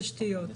התשתיות.